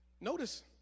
notice